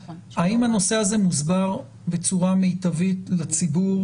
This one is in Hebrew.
האם הנושא הזה מוסבר בצורה מיטבית לציבור?